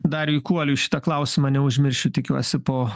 dariui kuoliui šitą klausimą neužmiršiu tikiuosi po